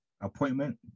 appointment